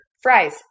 fries